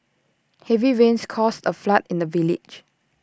heavy rains caused A flood in the village